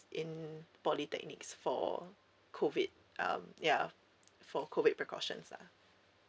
in polytechnics for COVID um ya for COVID precautions lah